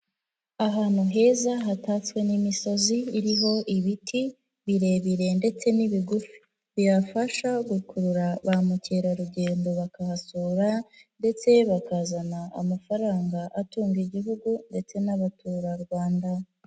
Ahantu heza hatatswe n'imisozi iriho ibiti birebire ndetse n'ibigufi. Bihafasha gukurura ba mukerarugendo bakahasura ndetse bakazana amafaranga atunga Igihugu ndetse n'abaturarwanda.